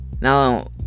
now